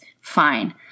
fine